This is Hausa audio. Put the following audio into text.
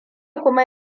kuma